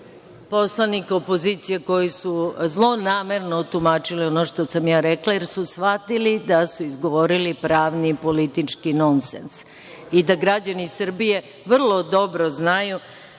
poslanika opozicije koji su zlonamerno tumačili ono što sam ja rekla, jer su shvatili da su izgovorili pravni i politički nonsens i da građani Srbije vrlo dobro znaju